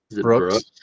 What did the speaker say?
Brooks